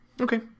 Okay